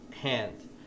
hand